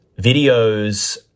videos